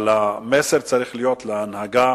אבל המסר צריך להיות להנהגה